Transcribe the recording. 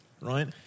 right